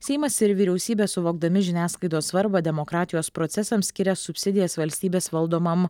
seimas ir vyriausybė suvokdami žiniasklaidos svarbą demokratijos procesams skiria subsidijas valstybės valdomam